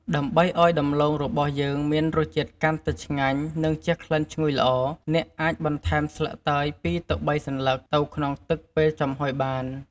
ដើម្បីឱ្យដំឡូងរបស់យើងមានរសជាតិកាន់តែឆ្ងាញ់ និងជះក្លិនឈ្ងុយល្អ អ្នកអាចបន្ថែមស្លឹកតើយ ២ ទៅ ៣ សន្លឹកទៅក្នុងទឹក ពេលចំហុយបាន។